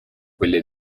quelle